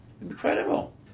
incredible